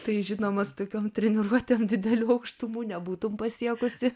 tai žinoma su tokiom treniruotėm didelių aukštumų nebūtum pasiekusi